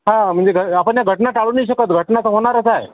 हां म्हणजे घ आपण या घटना टाळू नाही शकत घटना होणारच आहे